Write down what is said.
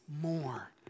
more